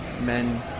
men